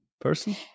person